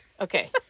Okay